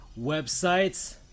websites